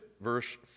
verse